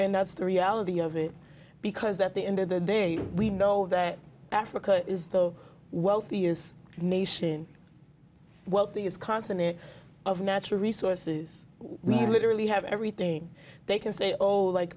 and that's the reality of it because at the end of the day we know that africa is the wealthiest nation well thing is continent of natural resources we literally have everything they can say or like